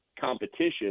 competition